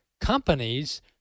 companies